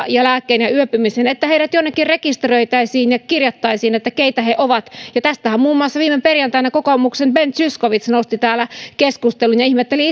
ja lääkkeen ja yöpymisen jonnekin rekisteröitäisiin ja kirjattaisiin keitä he ovat tästähän muun muassa viime perjantaina kokoomuksen ben zyskowicz nosti täällä keskustelun ja ihmetteli